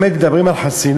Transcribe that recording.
אם באמת מדברים על חסינות,